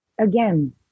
Again